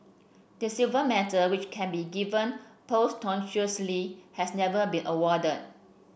the silver medal which can be given posthumously has never been awarded